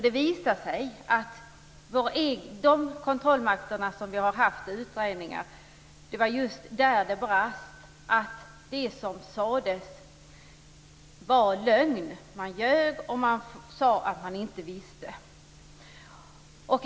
Det som brast i de utredningar som hittills har gjorts är att det som sades var lögn. Man ljög och sade att man inte visste.